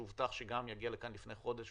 שהובטח שיגיע לכאן לפני חודש,